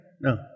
no